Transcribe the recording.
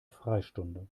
freistunde